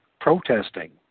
protesting